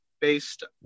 based